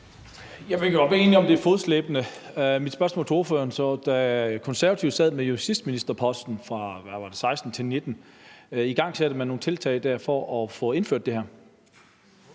godt være enige om, at det er fodslæbende. Mit spørgsmål til ordføreren er så: Da Konservative sad med justitsministerposten 2016-2019, igangsatte man da nogle tiltag for at få indført det her?